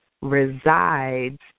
Resides